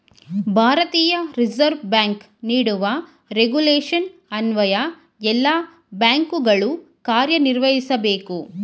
ಭಾರತೀಯ reserve bank ನೀಡುವ regulation ಅನ್ವಯ ಎಲ್ಲ ಬ್ಯಾಂಕುಗಳು ಕಾರ್ಯನಿರ್ವಹಿಸಬೇಕು